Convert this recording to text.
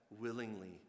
willingly